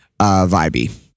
vibey